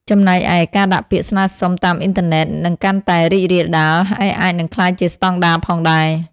ចំណែកឯ ការដាក់ពាក្យស្នើសុំតាមអ៊ីនធឺណិត នឹងកាន់តែរីករាលដាល ហើយអាចនឹងក្លាយជាស្តង់ដារផងដែរ។